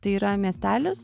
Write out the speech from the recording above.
tai yra miestelis